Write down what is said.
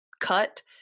cut